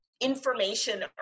information